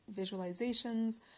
visualizations